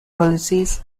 policies